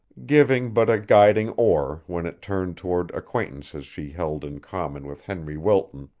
giving but a guiding oar when it turned toward acquaintances she held in common with henry wilton,